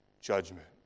judgment